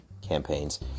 campaigns